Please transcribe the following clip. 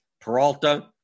Peralta